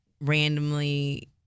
randomly